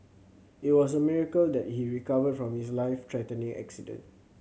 it was a miracle that he recovered from his life threatening accident